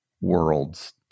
worlds